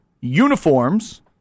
uniforms